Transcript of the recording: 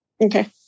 Okay